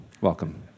Welcome